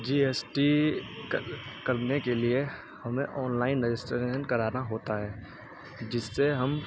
جی S T کرنے کے لیے ہمیں آن لائن رجسٹریشن کرانا ہوتا ہے جس سے ہم